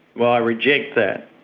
well, i reject that,